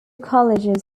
colleges